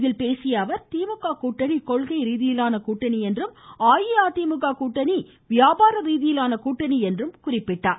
இதில் பேசியஅவர் திமுக கூட்டணி கொள்கை ரீதியிலான கூட்டணி என்றும் அஇஅதிமுக கூட்டணி வியாபார ரீதியிலான கூட்டணி என்றும் குறிப்பிட்டார்